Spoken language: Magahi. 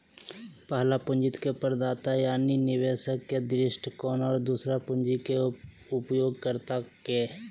पहला पूंजी के प्रदाता यानी निवेशक के दृष्टिकोण और दूसरा पूंजी के उपयोगकर्ता के